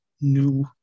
new